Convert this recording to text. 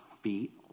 feet